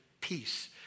peace